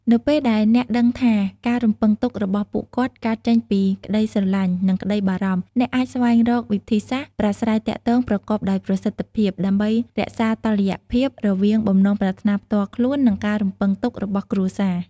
នៅពេលដែលអ្នកដឹងថាការរំពឹងទុករបស់ពួកគាត់កើតចេញពីក្តីស្រឡាញ់ និងក្តីបារម្ភ អ្នកអាចស្វែងរក វិធីសាស្ត្រប្រាស្រ័យទាក់ទងប្រកបដោយប្រសិទ្ធភាព ដើម្បីរក្សាតុល្យភាពរវាងបំណងប្រាថ្នាផ្ទាល់ខ្លួន និងការរំពឹងទុករបស់គ្រួសារ។